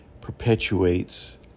perpetuates